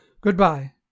goodbye